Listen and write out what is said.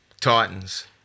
Titans